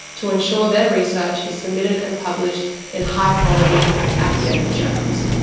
to ensure their research is submitted and published in high quality academic journals.